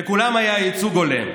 ולכולן היה ייצוג הולם: